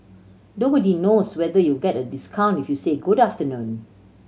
nobody knows whether you'll get a discount if you say good afternoon